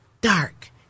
dark